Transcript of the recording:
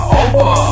over